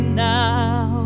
now